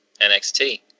NXT